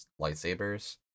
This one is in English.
lightsabers